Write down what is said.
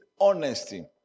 honesty